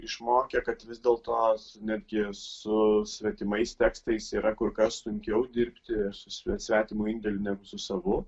išmokė kad vis dėlto netgi su svetimais tekstais yra kur kas sunkiau dirbti su svetimu indėliu negu su savu